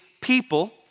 people